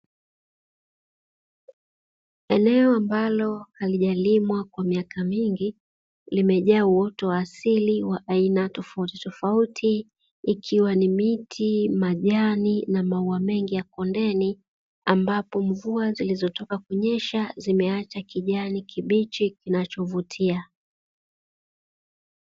Eneo ambalo halijalimwa kwa miaka mingi, limejaa uoto wa asili wa aina tofautitofauti ikiwa ni miti, majani na maua mengi ya kondeni, ambapo mvua zilizotokana kunyesha zimeacha kijani kibichi kinachovutia.